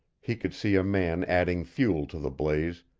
he could see a man adding fuel to the blaze,